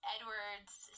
Edward's